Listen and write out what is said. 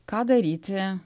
ką daryti